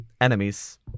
Enemies